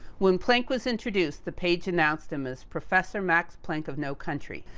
when planck was introduced, the page announced him as professor max planck of no country.